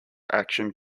action